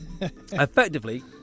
effectively